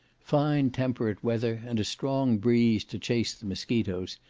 fine temperate weather, and a strong breeze to chase the mosquitos,